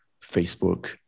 Facebook